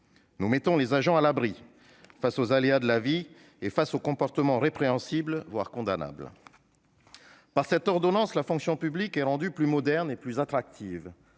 Nous mettons les agents à l'abri face aux aléas de la vie et aux comportements répréhensibles, voire condamnables. Par cette ordonnance, la fonction publique est rendue plus moderne et plus attractive